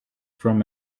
from